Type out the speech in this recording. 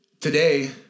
Today